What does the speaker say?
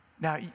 Now